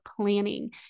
planning